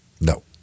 No